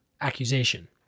accusation